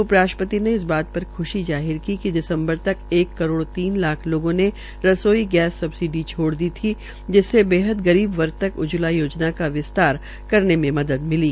उ राष्ट्र ति ने इस बात र ख्शी जाहिर की कि दिसम्बर तक एक करोड़ तीन लाख लोगों ने रसोई गैस सबसिडी छोड़ दी थी जिससे बेहद गरीब वर्ग तक उज्जवला योजना का विस्तार करने में मदद मिली